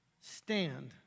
stand